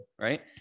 right